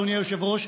אדוני היושב-ראש,